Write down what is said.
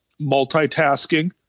multitasking